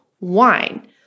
wine